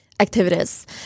activities